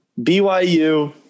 BYU